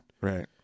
Right